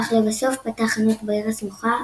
אך לבסוף פתח חנות בעיר הסמוכה,